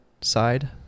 side